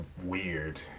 weird